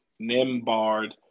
Nimbard